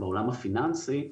בעולם הפיננסי,